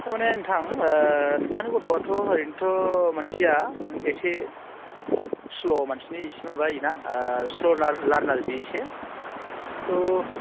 थारमानि नोंथां नोंथांनि गथ'आथ' ओरैनोथ' मानसिया एसे स्ल' मानसिनि एसे माबायोना स्ल' लारनार बे एसे थ'